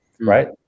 Right